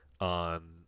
on